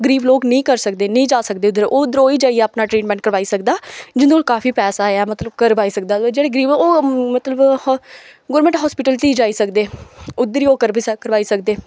गरीब लोक नेईं करी सकदे नेईं जा सकदे उद्धर ओह् उद्धर ओह् ही जाइयै अपना ट्रीटमेंट करवाई सकदा जिंदे कोल काफी पैसा ऐ मतलब करवाई सकदा ते जेह्ड़ा गरीब ऐ ओह् मतलब हास्पिटल गौरमेंट हास्पिटल च गै जाई सकदे उद्धर गै ओह् करवी करवाई सकदे